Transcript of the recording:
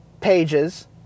pages